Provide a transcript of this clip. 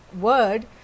word